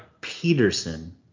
Peterson